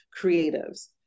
creatives